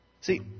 See